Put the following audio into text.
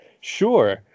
sure